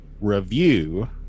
review